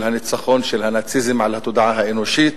הניצחון של הנאציזם על התודעה האנושית,